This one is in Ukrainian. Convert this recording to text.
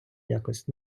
якось